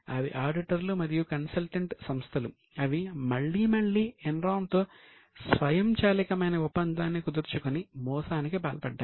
అవి ఆడిటర్లు మరియు కన్సల్టెంట్ సంస్థలు అవి మళ్లీ మళ్లీ ఎన్రాన్ తో స్వయంచాలికమైన ఒప్పందాన్ని కుదుర్చుకుని మోసానికి పాల్పడ్డాయి